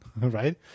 right